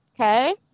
Okay